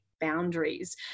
boundaries